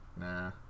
Nah